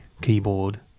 keyboard